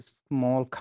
small